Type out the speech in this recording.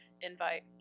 invite